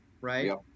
right